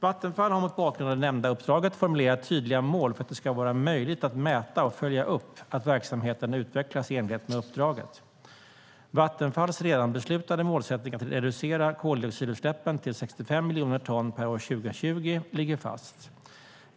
Vattenfall har mot bakgrund av det nämnda uppdraget formulerat tydliga mål för att det ska vara möjligt att mäta och följa upp att verksamheten utvecklas i enlighet med uppdraget. Vattenfalls redan beslutade målsättning att reducera koldioxidutsläppen till 65 miljoner ton per år till år 2020 ligger fast.